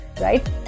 right